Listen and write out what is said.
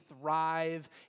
thrive